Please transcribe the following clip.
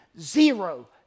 zero